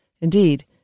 Indeed